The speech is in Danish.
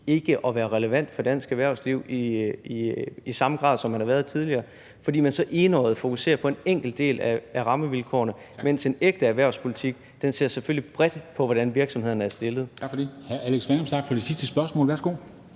ikke at være relevant for dansk erhvervsliv i samme grad, som man har været tidligere, fordi man så enøjet fokuserer på en enkelt del af rammevilkårene, mens en ægte erhvervspolitik selvfølgelig ser bredt på, hvordan virksomhederne er stillet.